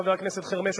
חבר הכנסת חרמש,